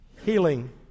healing